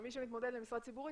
מי שמתמודד למשרה ציבורית,